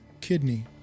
kidney